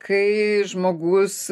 kai žmogus